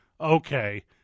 Okay